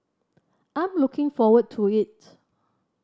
I'm looking forward to it